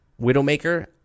Widowmaker